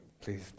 please